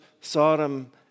Sodom